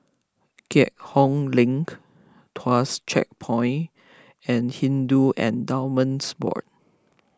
Keat Hong Link Tuas Checkpoint and Hindu Endowments Board